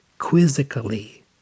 quizzically